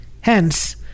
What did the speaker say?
Hence